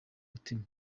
mutima